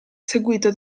seguito